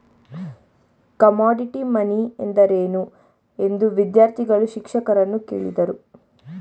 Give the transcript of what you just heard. Commodity money ಎಂದರೇನು? ಎಂದು ವಿದ್ಯಾರ್ಥಿಗಳು ಶಿಕ್ಷಕರನ್ನು ಕೇಳಿದರು